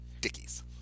Dickies